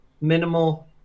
minimal